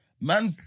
Man